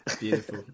Beautiful